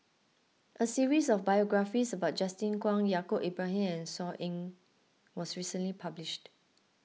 a series of biographies about Justin Zhuang Yaacob Ibrahim and Saw Ean was recently published